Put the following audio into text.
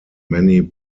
many